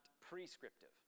prescriptive